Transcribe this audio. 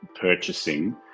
purchasing